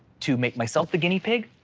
to make myself the guinea pig.